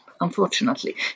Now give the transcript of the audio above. unfortunately